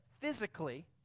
physically